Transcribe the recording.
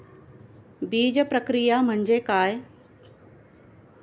बीजप्रक्रिया म्हणजे काय?